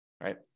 right